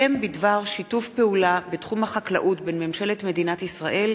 הסכם בדבר שיתוף פעולה בתחום החקלאות בין ממשלת מדינת ישראל